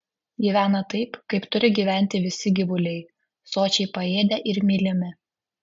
gyvena taip kaip turi gyventi visi gyvuliai sočiai paėdę ir mylimi